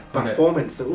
Performance